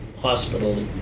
hospital